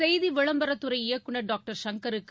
செய்திவிளம்பரத்துறை இயக்குநர் டாக்டர் சங்கருக்கு